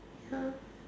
ya